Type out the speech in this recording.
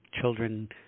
children